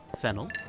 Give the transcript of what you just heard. fennel